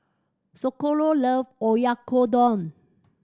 Socorro loves Oyakodon